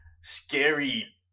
scary